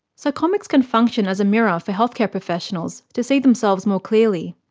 so comics can function as a mirror for healthcare professionals to see themselves more clearly.